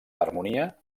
harmonia